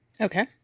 Okay